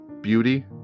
beauty